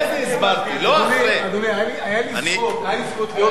היושב בראש,